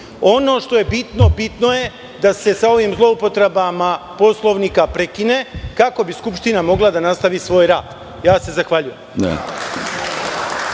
što je bitno, bitno je da se sa ovim zloupotrebama Poslovnika prekine kako bi skupština mogla da nastavi svoj rad. Zahvaljujem